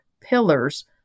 pillars